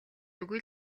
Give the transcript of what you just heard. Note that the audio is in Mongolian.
үгүй